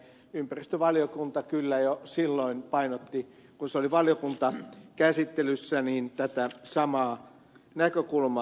ympäristövaliokunta kyllä jo silloin painotti kun asia oli valiokuntakäsittelyssä tätä samaa näkökulmaa